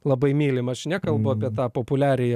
labai mylim aš nekalbu apie tą populiariąją